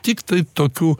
tiktai tokiu